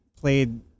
played